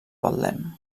betlem